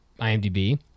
IMDb